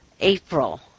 April